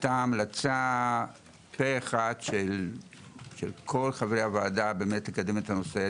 היתה המלצה פה אחד של כל חברי הוועדה באמת לקדם את הנושא.